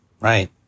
Right